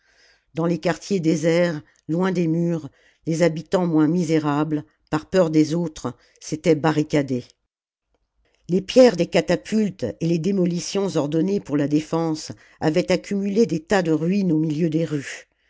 dans les quartiers déserts loin des murs les habitants moins misérables par peur des autres s'étaient barricadés les pierres des catapultes et les démolitions ordonnées pour la défense avaient accumulé des tas de ruines au milieu des rues